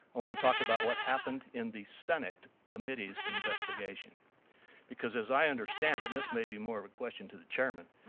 i want to talk about what happened in the senate committees investigation because as i understand, and this might be more of a question to the chairman,